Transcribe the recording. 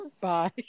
Bye